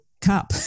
cup